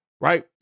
right